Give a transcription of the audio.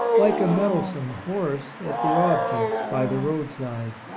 like a mettlesome horse, at the objects by the roadside.